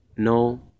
No